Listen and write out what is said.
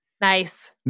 Nice